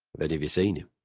any of you seen him?